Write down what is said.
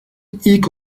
ilk